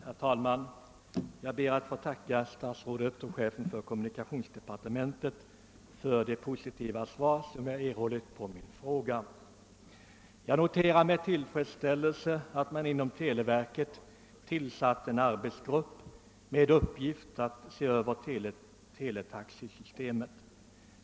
Herr talman! Jag ber att få tacka statsrådet och chefen för kommunikationsdepartementet för det positiva svar som jag fått på min fråga. Jag noterar med tillfredsställelse att det inom televerket har tillsatts en arbetsgrupp med uppgift att se över teletaxesystemet.